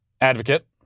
advocate